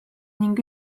ning